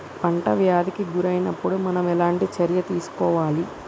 పంట వ్యాధి కి గురి అయినపుడు మనం ఎలాంటి చర్య తీసుకోవాలి?